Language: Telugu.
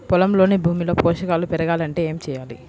పొలంలోని భూమిలో పోషకాలు పెరగాలి అంటే ఏం చేయాలి?